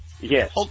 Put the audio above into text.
Yes